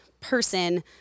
person